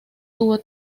tuvo